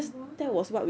what